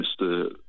Mr